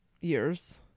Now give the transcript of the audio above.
years